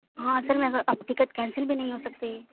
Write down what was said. ہاں پر میں سر مگر اب ٹکٹ کینسل بھی نہیں ہو سکتی